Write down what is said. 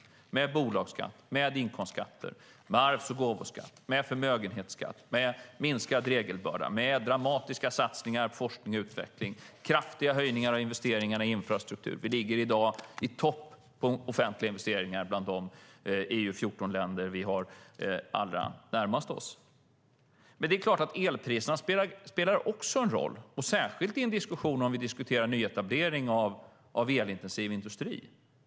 Det handlar om bolagsskatt, inkomstskatter, arvs och gåvoskatt, förmögenhetsskatt, minskad regelbörda, dramatiska satsningar på forskning och utveckling och kraftiga ökningar av investeringarna i infrastruktur. Vi ligger i dag i topp när det gäller offentliga investeringar bland de EU-14-länder vi har allra närmast oss. Det är klart att elpriserna också spelar en roll, särskilt om vi diskuterar nyetablering av elintensiv industri.